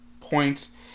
points